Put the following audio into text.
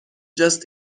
just